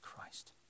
Christ